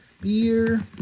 Beer